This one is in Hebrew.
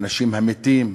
האנשים המתים,